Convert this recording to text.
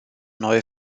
neue